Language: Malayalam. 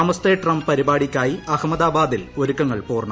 നമസ്തേ ട്രംപ് പരിപാടിയ്ക്കായി അഹമ്മദാബാദിൽ ഒരുക്കങ്ങൾ പൂർണ്ണം